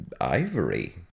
ivory